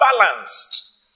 balanced